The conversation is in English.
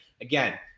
Again